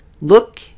look